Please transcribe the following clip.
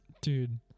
Dude